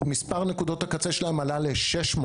אז מספר נקודות הקצה שלהם עלה ל-600.